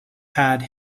had